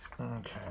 Okay